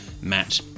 Matt